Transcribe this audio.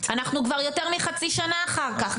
אנחנו כבר יותר מחצי שנה אחר כך.